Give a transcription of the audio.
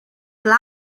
club